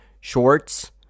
shorts